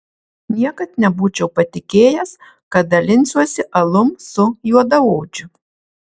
niekad nebūčiau patikėjęs kad dalinsiuosi alum su juodaodžiu